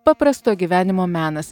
paprasto gyvenimo menas